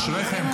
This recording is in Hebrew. אשריכם,